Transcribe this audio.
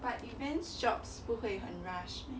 but events jobs 不会很 rush meh